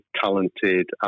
talented